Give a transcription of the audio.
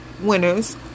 winners